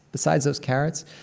besides those carrots,